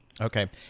Okay